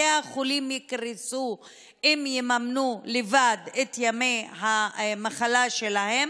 בתי החולים יקרסו אם הם יממנו לבד את ימי המחלה שלהם.